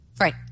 Right